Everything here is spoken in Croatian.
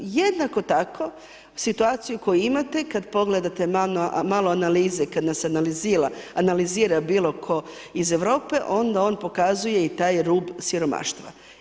Jednako tako situaciju koju imate kad pogledate malo analize, kad nas analizira bilo tko iz Europe onda on pokazuje i taj rub siromaštva.